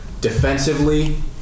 Defensively